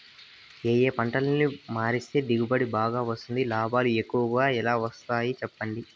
ఏ ఏ పంటలని మారిస్తే దిగుబడి బాగా వస్తుంది, లాభాలు ఎక్కువగా ఎలా వస్తాయి సెప్పండి